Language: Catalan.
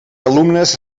alumnes